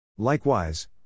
Likewise